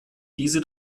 diese